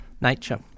nature